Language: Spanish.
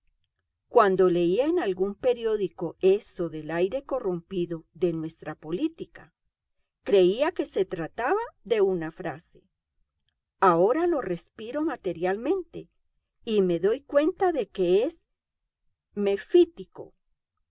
cuando leía en algún periódico eso del aire corrompido de nuestra política creía que se trataba de una frase ahora lo respiro materialmente y me doy cuenta de que es